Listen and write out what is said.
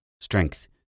strength